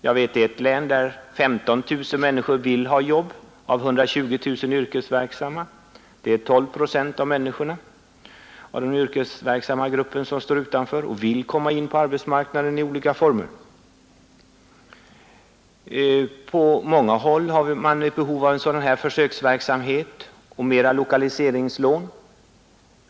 Jag vet ett län, där 15 000 av 120 000 yrkesverksamma vill ha jobb. Det är 12 procent av den yrkesverksamma gruppen som står utanför och vill komma in på arbetsmarknaden i olika former. På många håll finns behov av en liknande försöksverksamhet och mera lokaliseringslån.